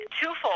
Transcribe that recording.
twofold